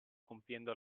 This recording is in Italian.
compiendo